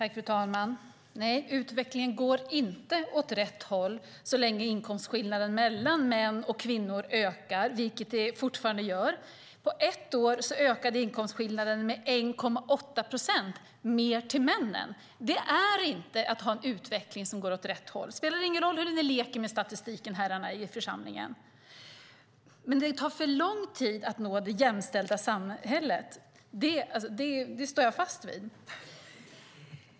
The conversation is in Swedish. Fru talman! Nej, utvecklingen går inte åt rätt håll så länge inkomstskillnaderna mellan män och kvinnor ökar, vilket de fortfarande gör. På ett år ökade inkomstskillnaden med 1,8 procent, mer till männen. Det är inte att ha en utveckling som går åt rätt håll. Det spelar ingen roll hur mycket ni leker med statistiken i den här församlingen. Det tar för lång tid att nå det jämställda samhället; det står jag fast vid.